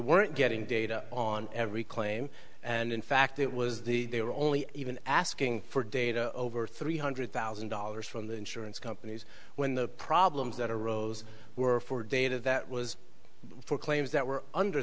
weren't getting data on every claim and in fact it was the they were only even asking for data over three hundred thousand dollars from the insurance companies when the problems that arose were for data that was for claims that were under